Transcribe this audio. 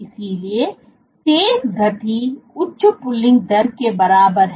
इसलिए तेज गति उच्च पुलिंग दर के बराबर है